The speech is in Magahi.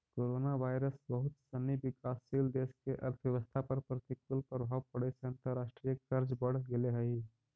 कोरोनावायरस बहुत सनी विकासशील देश के अर्थव्यवस्था पर प्रतिकूल प्रभाव पड़े से अंतर्राष्ट्रीय कर्ज बढ़ गेले हई